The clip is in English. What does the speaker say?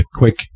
quick